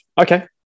Okay